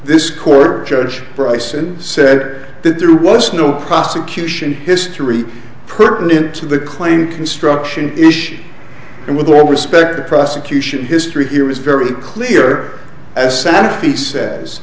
this court judge bryson said that there was no prosecution history pertinent to the claim construction ish and with all respect the prosecution history here is very clear as senator he says